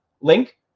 link